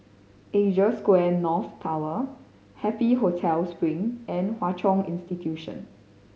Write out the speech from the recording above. Asia Square North Tower Happy Hotel Spring and Hwa Chong Institution